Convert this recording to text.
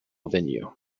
venue